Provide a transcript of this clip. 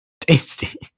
tasty